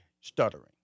stuttering